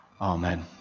Amen